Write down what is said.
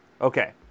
Okay